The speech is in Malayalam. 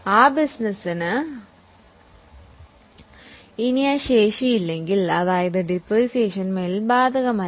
ആ ബിസിനസിന് ഇനി ആ ശേഷിയില്ലെങ്കിൽ അതായത് ഡിപ്രീസിയേഷൻ മേലിൽ ബാധകമല്ല